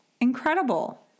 Incredible